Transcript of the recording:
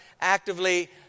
actively